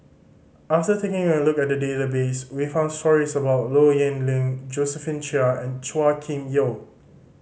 after taking a look at the database we found stories about Low Yen Ling Josephine Chia and Chua Kim Yeow